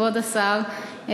כבוד השר,